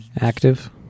active